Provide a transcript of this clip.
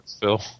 Phil